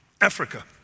Africa